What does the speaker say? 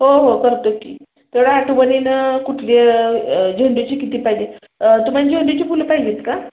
हो हो करतो की तेवढं आठवणीनं कुठल्या झेंडूची किती पाहिजे तुम्हाला झेंडूची फुलं पाहिजे आहेत का